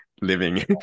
living